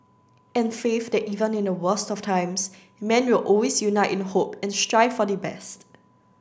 and faith that even in the worst of times man will always unite in hope and strive for the best